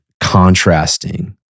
contrasting